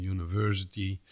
University